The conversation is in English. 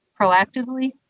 proactively